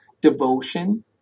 devotion